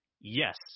Yes